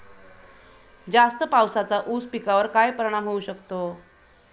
जास्त पावसाचा ऊस पिकावर काय परिणाम होऊ शकतो?